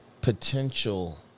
potential